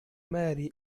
ماري